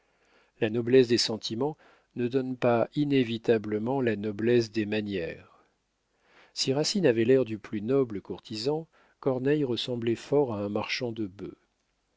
la noblesse des sentiments ne donne pas inévitablement la noblesse des manières si racine avait l'air du plus noble courtisan corneille ressemblait fort à un marchand de bœufs